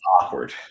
awkward